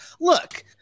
look